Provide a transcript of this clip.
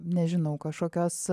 nežinau kažkokios